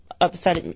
upset